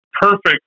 perfect